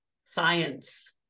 science